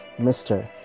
Mr